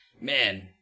man